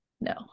no